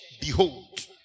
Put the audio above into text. behold